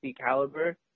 caliber